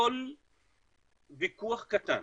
כל ויכוח קטן